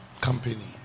company